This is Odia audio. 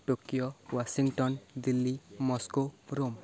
Tokyo Washington Delhi Moscow Rome